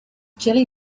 jelly